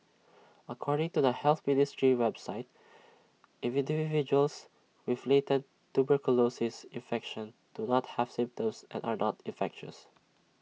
according to the health ministry's website individuals with latent tuberculosis infection do not have symptoms and are not infectious